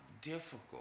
difficult